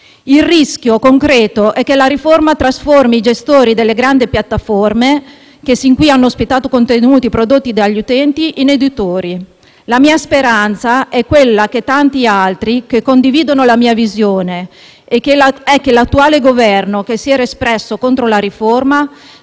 Il rischio concreto è che la riforma trasformi i gestori delle grandi piattaforme, che sin qui hanno ospitato contenuti prodotti dagli utenti, in editori. La mia speranza e quella di tanti altri, che condividono la mia visione, è che l'attuale Governo che si era espresso contro la riforma,